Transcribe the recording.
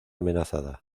amenazada